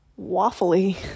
waffly